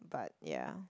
but ya